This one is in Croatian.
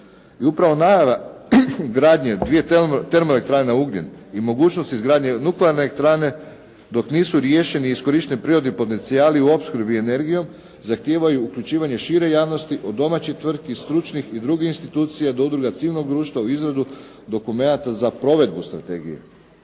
upravo najava gradnje dviju termoelektrana na ugljen i mogućnost izgradnje nuklearne elektrane, dok nisu riješeni i iskorišteni prirodni potencijali u opskrbi energijom, zahtijevaju uključivanje šire javnosti od domaćin tvrtki, stručnih i drugih institucija do udruga civilnog društva u izradu dokumenata za provedbu strategije.